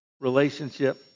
relationship